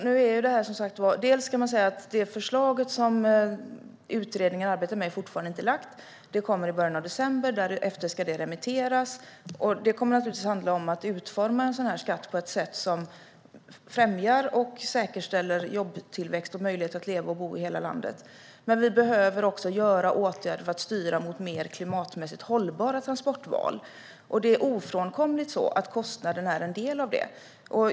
Herr talman! Det förslag som utredningen arbetar med har ännu inte lagts fram. Det kommer i början av december och ska därefter remitteras. Det kommer naturligtvis att handla om att utforma en sådan här skatt på ett sätt som främjar och säkerställer jobbtillväxt och möjligheter att leva och bo i hela landet. Men vi behöver också vidta åtgärder för att styra mot mer klimatmässigt hållbara transportval. Det är ofrånkomligt att kostnaden är en del av detta.